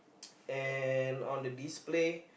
and on the display